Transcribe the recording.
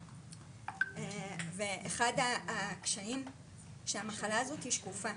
אלא להדריך את רופאי המשפחה